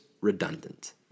redundant